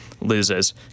loses